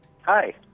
Hi